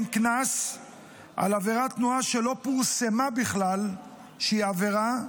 קנס על עבירת תנועה שלא פורסם בכלל שהיא עבירה,